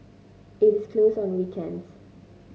it is closed on weekends